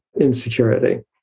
insecurity